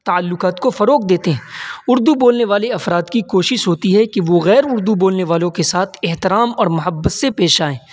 تعلقات کو فروغ دیتے ہیں اردو بولنے والے افراد کی کوشش ہوتی ہے کہ وہ غیر اردو بولنے والوں کے ساتھ احترام اور محبت سے پیش آئیں